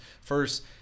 first